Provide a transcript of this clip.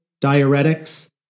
diuretics